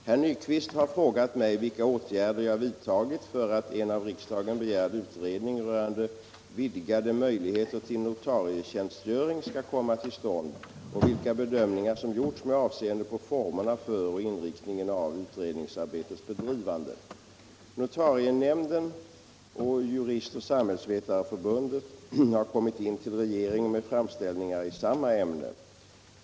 Herr talman! Herr Nyquist har frågat mig vilka åtgärder jag vidtagit för att en av riksdagen begärd utredning rörande vidgade möjligheter till notarietjänstgöring skall komma till stånd och vilka bedömningar som gjorts med avseende på formerna för och inriktningen av utredningsarbetets bedrivande. Notarienämnden och Juristoch samhällsvetareförbundet har kommit in till regeringen med framställningar i samma ämne.